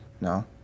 no